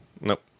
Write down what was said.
nope